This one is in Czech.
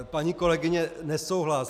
Paní kolegyně, nesouhlas.